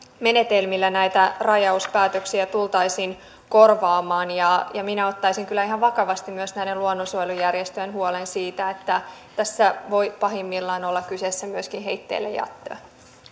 menetelmillä näitä rajauspäätöksiä tultaisiin korvaamaan ja ja minä ottaisin kyllä ihan vakavasti myös näiden luonnonsuojelujärjestöjen huolen siitä että tässä voi pahimmillaan olla kyseessä myöskin heitteillejättö